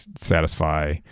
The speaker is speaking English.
satisfy